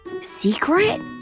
Secret